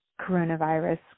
coronavirus